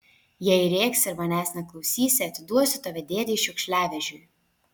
jei rėksi ir manęs neklausysi atiduosiu tave dėdei šiukšliavežiui